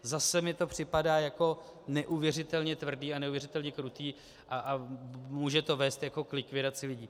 Zase mi to připadá jako neuvěřitelně tvrdé a neuvěřitelně kruté a může to vést k likvidaci lidí.